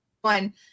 one